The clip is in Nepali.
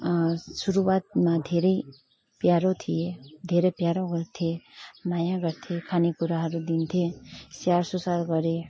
सुरूवातमा धेरै प्यारो थिएँ धेरै प्यारो गर्थेँ माया गर्थेँ खानेकुराहरू दिन्थेँ स्याहार सुसार गरेँ